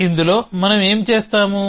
ఇందులో మనం ఏమి చేస్తాము